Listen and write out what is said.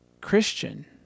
Christian